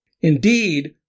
Indeed